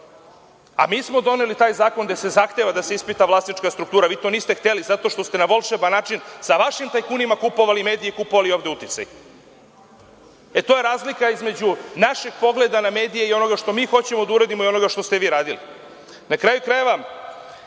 A mi smo doneli taj zakon gde se zahteva da se ispita vlasnička struktura. Vi to niste hteli zato što ste na volšeban način, sa vašim tajkunima, kupovali medije, kupovali ovde uticaj. To je razlika između našeg pogleda na medije i onoga što mi hoćemo da uradimo i onoga što ste vi radili. Na kraju krajeva,